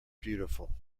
beautiful